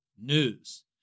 news